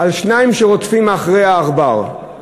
על שניים שרודפים אחרי העכבר.